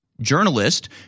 journalist